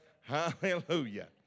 Hallelujah